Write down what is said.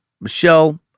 Michelle